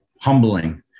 humbling